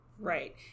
Right